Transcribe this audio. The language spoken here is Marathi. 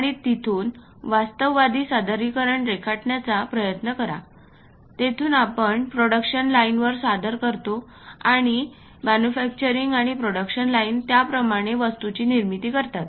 आणि तिथून वास्तववादी सादरीकरण रेखाटण्याचा प्रयत्न करा तेथून आपण प्रोडक्शन लाईन्सवर सादर करतो आणि मॅन्युफॅक्चरिंग आणि प्रोडक्शन लाईन्स त्याप्रमाणे वस्तूची निर्मिती करतात